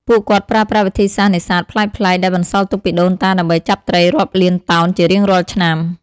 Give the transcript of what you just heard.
ពួកគាត់ប្រើប្រាស់វិធីសាស្ត្រនេសាទប្លែកៗដែលបន្សល់ទុកពីដូនតាដើម្បីចាប់ត្រីរាប់លានតោនជារៀងរាល់ឆ្នាំ។